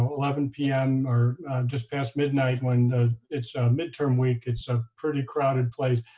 eleven p m. or just past midnight when it's midterm week. it's a pretty crowded place.